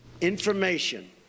Information